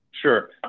Sure